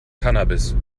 cannabis